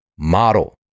Model